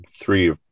three